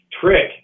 trick